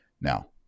Now